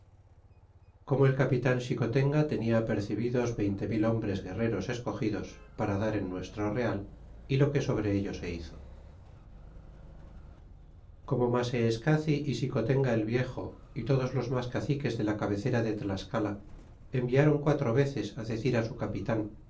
como el capitan xicotenga tenia apercebidos veinte mil hombres guerreros escogidos para dar en nuestro real y lo que sobre ello se hizo como maseescaci y xicotenga el viejo todos los mas caciques de la cabecera de tlascala environ quatro veces decir su capitan